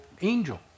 angel